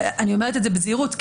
אני אומרת זאת בזהירות,